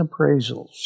appraisals